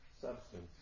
substance